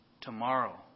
tomorrow